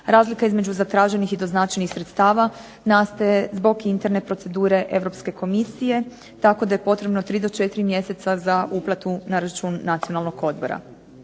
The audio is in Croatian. Razlika između zatraženih i doznačenih sredstava nastaje zbog interne procedure Europske Komisije, tako da je potrebno 3 do 4 mjeseca za uplatu na račun nacionalnog odbora.